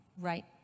right